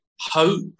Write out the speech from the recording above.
hope